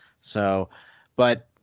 So—but—